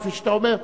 כפי שאתה אומר,